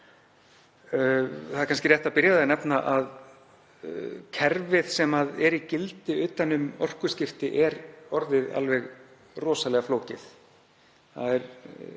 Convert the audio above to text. Það er rétt að nefna að kerfið sem er í gildi utan um orkuskipti er orðið alveg rosalega flókið.